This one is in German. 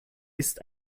ist